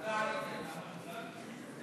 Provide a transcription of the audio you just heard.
של קבוצת סיעת יהדות התורה